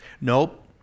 Nope